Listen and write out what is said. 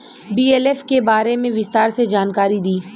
BLF के बारे में विस्तार से जानकारी दी?